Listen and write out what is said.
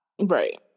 right